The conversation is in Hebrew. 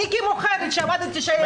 אני כמוכרת עבדתי שם.